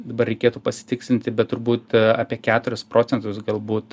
dabar reikėtų pasitikslinti bet turbūt apie keturis procentus galbūt